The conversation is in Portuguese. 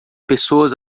pessoas